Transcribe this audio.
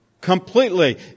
completely